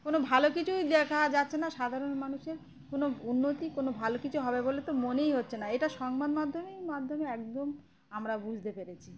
কোনো ভালো কিছুই দেখা যাচ্ছে না সাধারণ মানুষের কোনো উন্নতি কোনো ভালো কিছু হবে বলে তো মনেই হচ্ছে না এটা সংবাদ মাধ্যমেই মাধ্যমে একদম আমরা বুঝতে পেরেছি